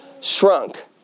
shrunk